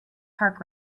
park